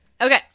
Okay